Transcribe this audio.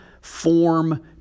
form